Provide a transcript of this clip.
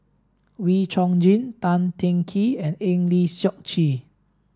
Wee Chong Jin Tan Teng Kee and Eng Lee Seok Chee